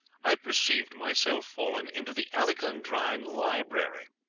i perceived myself fallen into the alexandrine library,